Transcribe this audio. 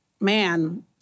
man